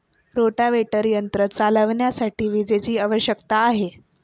rotavator यंत्र चालविण्यासाठी विजेची आवश्यकता आहे